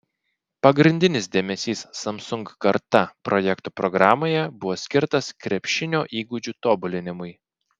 pagrindinis dėmesys samsung karta projekto programoje buvo skirtas krepšinio įgūdžių tobulinimui